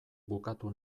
bukatu